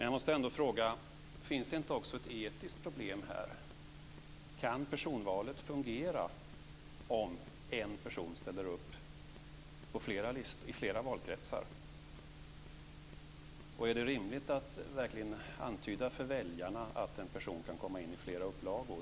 Jag måste ändå fråga om det inte också finns ett etiskt problem här. Kan personvalet fungera om en person ställer upp i flera valkretsar? Är det verkligen rimligt att antyda för väljarna att en person kan komma in i flera upplagor?